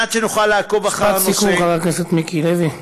משפט סיכום, חבר הכנסת מיקי לוי.